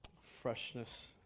freshness